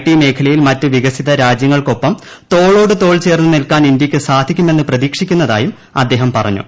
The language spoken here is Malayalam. ടിമേഖലയിൽ മറ്റ് വികസിത രാജ്യങ്ങൾക്കൊപ്പം തോളോട് തോൾ ചേർന്ന് നിൽക്കാൻ ഇന്ത്യയ്ക്ക് സാധിക്കുമെന്ന് പ്രതീക്ഷിക്കുന്നത്രായും അദ്ദേഹം പറഞ്ഞു